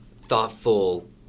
thoughtful